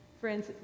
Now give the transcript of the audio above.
Friends